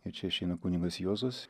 ir čia išeina kunigas juozas